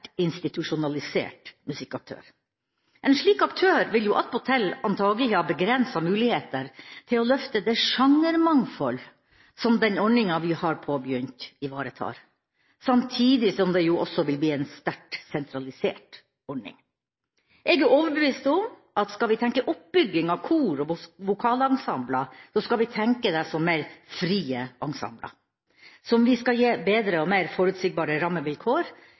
institusjonalisert musikkaktør. En slik aktør vil jo attpåtil antakelig ha begrensede muligheter til å løfte det sjangermangfold som den ordninga vi har påbegynt, ivaretar, samtidig som det jo også vil bli en sterkt sentralisert ordning. Jeg er overbevist om at skal vi tenke oppbygging av kor og vokalensembler, skal vi tenke på dem som mer frie ensembler som vi skal gi bedre og mer forutsigbare rammevilkår